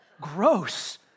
gross